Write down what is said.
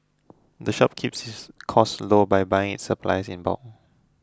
the shop keeps its costs low by buying its supplies in bulk